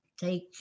take